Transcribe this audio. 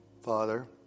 Father